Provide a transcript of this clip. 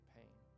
pain